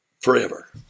Forever